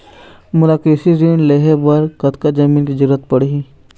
मोला कृषि ऋण लहे बर कतका जमीन के जरूरत पड़ही?